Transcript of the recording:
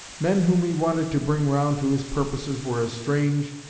men whom he wanted to bring round to his purposes were as strange,